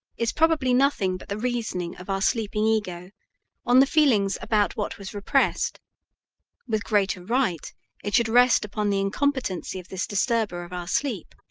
is probably nothing but the reasoning of our sleeping ego on the feelings about what was repressed with greater right it should rest upon the incompetency of this disturber of our sleep.